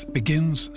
begins